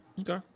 Okay